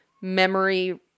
memory